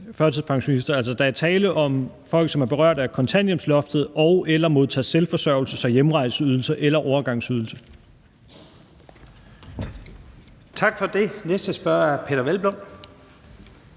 førtidspensionister. Altså, der er tale om folk, som er berørt af kontanthjælpsloftet og/eller modtager selvforsørgelses- og hjemrejseydelse eller overgangsydelse. Kl. 14:00 Første